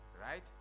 right